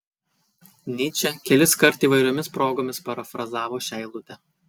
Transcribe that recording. nyčė keliskart įvairiomis progomis parafrazavo šią eilutę